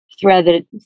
threaded